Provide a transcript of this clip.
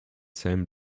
zellen